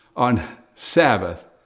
on sabbath,